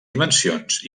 dimensions